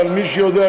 אבל מי שיודע,